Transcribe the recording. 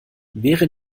wäre